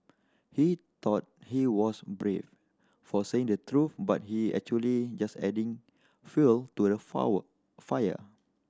he thought he was brave for saying the truth but he actually just adding fuel to the fire